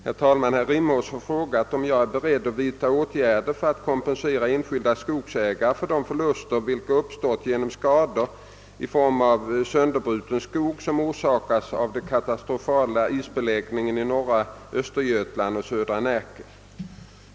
Herr talman! Herr Rimås har frågat, om jag är beredd att vidta åtgärder för att kompensera enskilda skogsägare för de förluster, vilka uppstått genom skador i form av sönderbruten skog som orsakades av den katastrofala isbeläggningen i norra Östergötland och södra Närke.